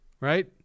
Right